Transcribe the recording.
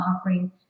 offering